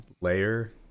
layer